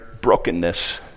brokenness